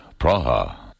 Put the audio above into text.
Praha